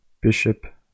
bishop